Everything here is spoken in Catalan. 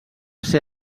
ser